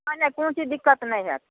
नहि नहि कोनो चीज दिक्कत नहि होएत